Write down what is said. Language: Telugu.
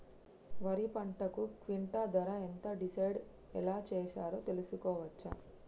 వరి పంటకు క్వింటా ధర ఎంత డిసైడ్ ఎలా చేశారు తెలుసుకోవచ్చా?